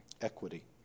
equity